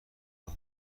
راه